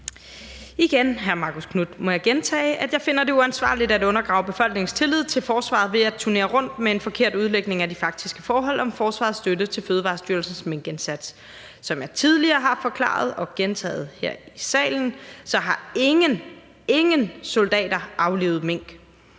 må, hr. Marcus Knuth, gentage, at jeg finder det uansvarligt at undergrave befolkningens tillid til forsvaret ved at turnere rundt med en forkert udlægning af de faktiske forhold om forsvarets støtte til Fødevarestyrelsens minkindsats. Som jeg tidligere har forklaret og gentaget her i salen, har ingen – ingen – soldater aflivet mink.